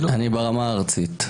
אני ברמה הארצית.